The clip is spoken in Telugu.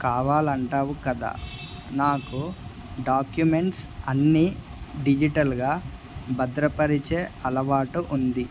కావాలంటావు కదా నాకు డాక్యుమెంట్స్ అన్నీ డిజిటల్గా భద్రపరిచే అలవాటు ఉంది